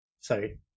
sorry